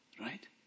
Right